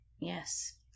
yes